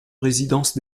résidence